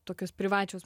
tokios privačios